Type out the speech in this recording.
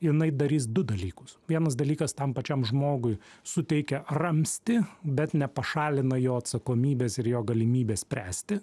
jinai darys du dalykus vienas dalykas tam pačiam žmogui suteikia ramstį bet nepašalina jo atsakomybės ir jo galimybės spręsti